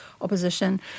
opposition